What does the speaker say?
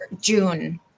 June